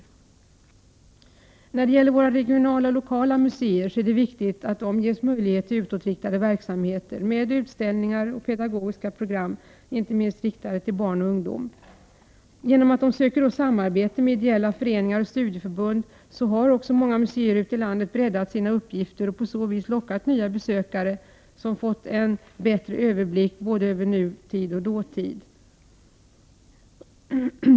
Det är viktigt att våra regionala och lokala museer får möjligheter till utåtriktade verksamheter med utställningar och pedagogiska program, inte minst riktade till barn och ungdom. Genom att söka samarbete med ideella föreningar och studieförbund har många museer ute i landet breddat sina uppgifter. På så vis har de lockat nya besökare, som har kunnat få en bättre överblick över både nutid och dåtid.